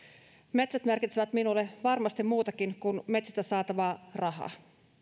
metsät merkitsevät minulle varmasti muutakin kuin metsistä saatavaa rahaa